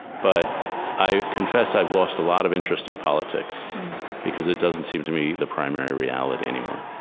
but i confess i've lost a lot of interest in politics because it doesn't seem to me the primary reality anymore